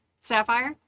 sapphire